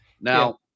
Now